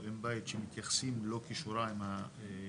או אם בית שמתייחסים לא קשורה עם הקשישים,